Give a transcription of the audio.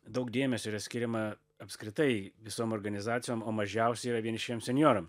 daug dėmesio yra skiriama apskritai visom organizacijom o mažiausia yra vienišiem senjoram